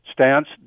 stance